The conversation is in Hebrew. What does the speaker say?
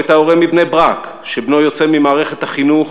או את ההורה מבני-ברק שבנו יוצא ממערכת החינוך